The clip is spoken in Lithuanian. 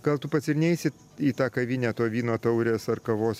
gal tu pats ir neisi į tą kavinę to vyno taurės ar kavos